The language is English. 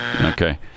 Okay